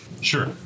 Sure